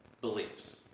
beliefs